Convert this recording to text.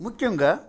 ముఖ్యంగా